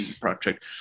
project